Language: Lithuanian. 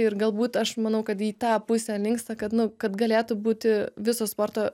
ir galbūt aš manau kad į tą pusę linksta kad nu kad galėtų būti visos sporto